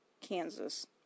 Kansas